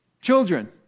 Children